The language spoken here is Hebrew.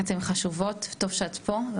אתן חשובות וטוב שאת פה.